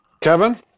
Kevin